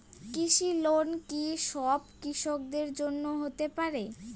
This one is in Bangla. কৃষি লোন কি সব কৃষকদের জন্য হতে পারে?